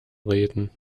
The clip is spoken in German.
reden